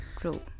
true